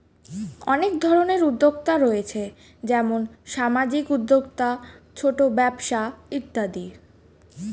অনেক ধরনের উদ্যোক্তা রয়েছে যেমন সামাজিক উদ্যোক্তা, ছোট ব্যবসা ইত্যাদি